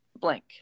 blank